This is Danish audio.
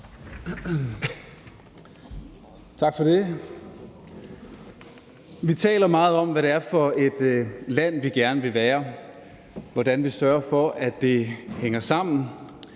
Brandenborg (S): Vi taler meget om, hvilket land vi gerne vil være, og hvordan vi sørger for, at det hænger sammen.